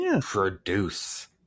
produce